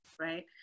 right